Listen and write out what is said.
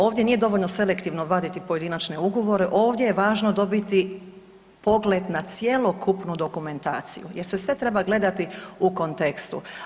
Ovdje nije dovoljno selektivno vaditi pojedinačne ugovore, ovdje je važno dobiti pogled na cjelokupnu dokumentaciju jer se sve treba gledati u kontekstu.